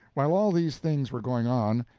while all these things were going on,